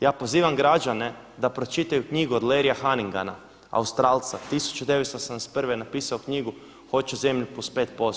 Ja pozivam građane da pročitaju knjigu od Larrya Hannigana Australca 1981. je napisao knjigu „Hoću zemlju plus 5%